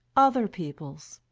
other people's?